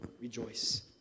rejoice